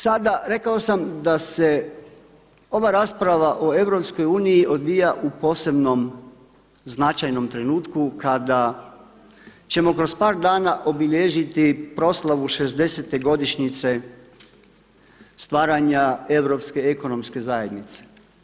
Sada rekao sam da se ova rasprava o EU odvija u posebnom značajnom trenutku kada ćemo kroz par dana obilježiti proslavu 60-te godišnjice stvaranja Europske ekonomske zajednice.